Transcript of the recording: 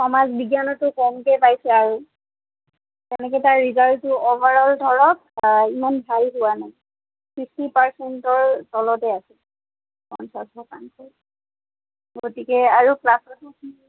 সমাজ বিজ্ঞানতো কমকৈ পাইছে আৰু তেনেকৈ তাৰ ৰিজাল্টটো অ'ভাৰল ধৰক ইমান ভাল হোৱা নাই ফিফটি পাৰ্চেণ্টৰ তলতে আছে পঞ্চাছ শতাংশৰ গতিকে আৰু ক্লাছতো সি